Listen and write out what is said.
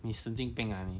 你神经病 ah